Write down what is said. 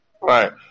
Right